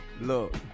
look